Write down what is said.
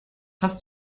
hast